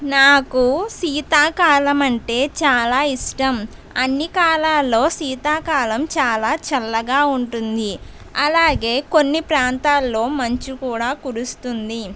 నాకు శీతాకాలం అంటే చాలా ఇష్టం అన్ని కాలాల్లో శీతాకాలం చాలా చల్లగా ఉంటుంది అలాగే కొన్ని ప్రాంతాల్లో మంచు కూడా కురుస్తుంది